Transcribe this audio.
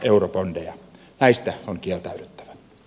näistä on kieltäydyttävä